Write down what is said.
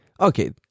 okay